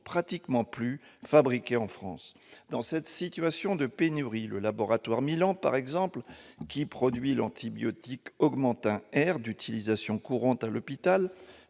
pratiquement plus fabriqués en France. Dans cette situation de pénurie, le laboratoire Mylan par exemple, qui produit l'antibiotique Augmentin®, d'utilisation courante à l'hôpital,